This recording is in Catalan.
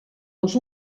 els